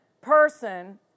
person